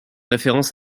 référence